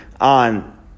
on